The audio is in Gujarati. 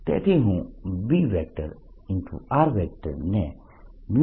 I dlJ r